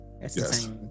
Yes